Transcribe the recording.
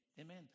Amen